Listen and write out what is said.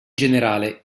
generale